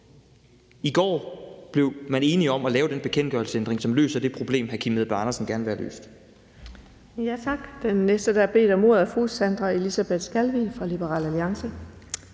I går blev man enige om at lave den bekendtgørelsesændring, som løser det problem, hr. Kim Edberg Andersen gerne vil have løst.